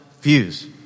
views